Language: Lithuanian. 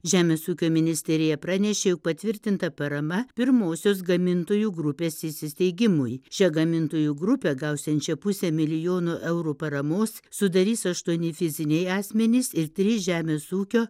žemės ūkio ministerija pranešė jog patvirtinta parama pirmosios gamintojų grupės įsisteigimui šią gamintojų grupę gausiančią pusę milijono eurų paramos sudarys aštuoni fiziniai asmenys ir trys žemės ūkio